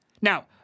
Now